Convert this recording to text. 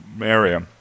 area